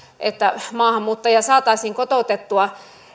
että maahanmuuttaja saataisiin kotoutettua